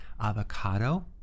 avocado